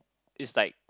it's like